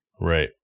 Right